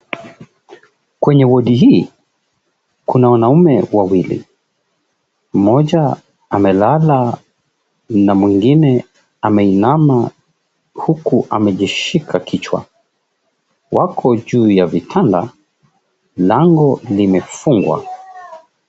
Kwenye wodi hii kuna wanaume wawili. Mmoja amelala na mwingine ameinama huku amejishika kichwa. Wako juu ya vitanda, lango limefungwa.